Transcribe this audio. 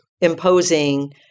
imposing